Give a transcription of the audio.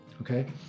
okay